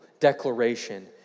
Declaration